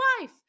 wife